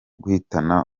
guhitana